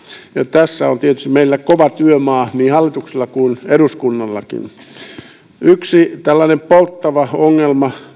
tässä on tietysti meillä kova työmaa niin hallituksella kuin eduskunnallakin yksi tällainen polttava ongelma